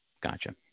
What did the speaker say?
Gotcha